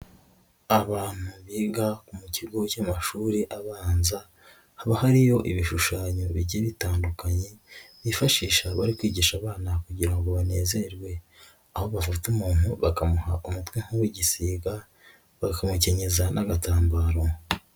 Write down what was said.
Abantu biga mu kigo cy'amashuri abanza, haba hariyo ibishushanyo bijye bitandukanye, bifashisha bari kwigisha abana kugira ngo banezerwe, aho bavu umuntu bakamuha umutwe nk'uw'igisiga, bakamukenyeza n'agatambaro.